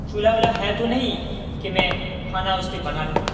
چولہا وولہا ہے تو نہیں کہ میں کھانا اس پہ بنا لوں